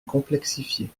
complexifier